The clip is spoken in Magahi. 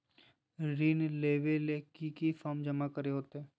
ऋण लेबे ले की की फॉर्म जमा करे होते?